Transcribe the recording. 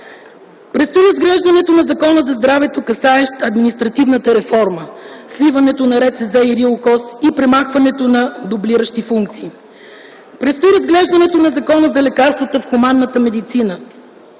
Предстои разглеждането на Закона за здравето, касаещ административната реформа – сливането на РЦЗ и РИОКОЗ и премахването на дублиращи функции. Предстои разглеждането на Закона за лекарствата в хуманната медицина,